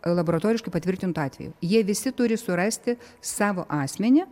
laboratoriškai patvirtintų atvejų jie visi turi surasti savo asmenį